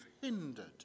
hindered